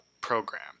program